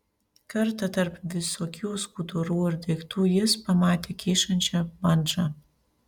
kartą tarp visokių skudurų ir daiktų jis pamatė kyšančią bandžą